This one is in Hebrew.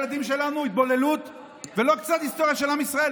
היהודים שלנו התבוללות ולא קצת היסטוריה של עם ישראל.